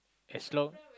as long